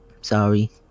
Sorry